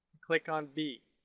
click on b.